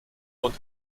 und